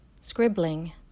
scribbling